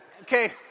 Okay